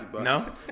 No